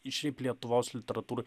ir šiaip lietuvos literatūroj